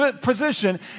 position